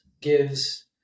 gives